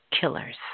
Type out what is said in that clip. killers